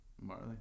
Marley